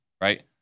right